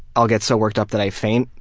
i'll get so worked up that i faint,